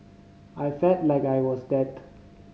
I felt like I was dead